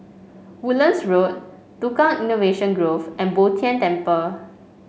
Woodlands Road Tukang Innovation Grove and Bo Tien Temple